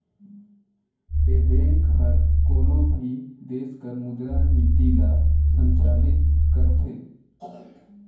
ए bank हर कोनो भी देस कर मुद्रा नीति ल संचालित करथे